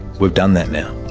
we've done that now.